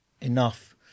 enough